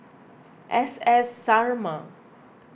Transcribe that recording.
S S Sarma